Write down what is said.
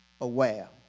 aware